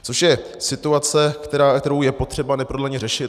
Což je situace, kterou je potřeba neprodleně řešit.